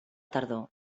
tardor